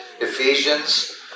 Ephesians